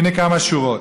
הינה כמה שורות: